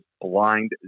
blind